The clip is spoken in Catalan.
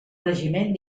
regiment